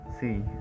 see